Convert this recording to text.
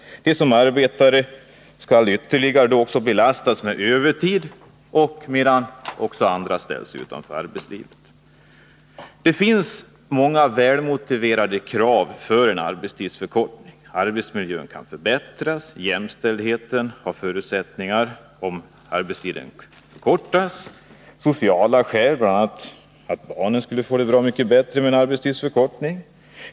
De som arbetar skall då ytterligare belastas med övertid, medan andra ställs utanför arbetslivet. Det finns många välmotiverade krav på en arbetstidsförkortning. Arbetsmiljön kan förbättras. Jämställdheten har bättre förutsättningar, om arbetstiden förkortas. Det finns också sociala skäl, bl.a. att barnen skulle få det bra mycket bättre vid en arbetstidsförkortning.